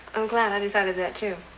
i'm glad. i decided that, too.